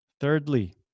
Thirdly